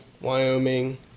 Wyoming